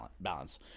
balance